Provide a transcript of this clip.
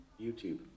YouTube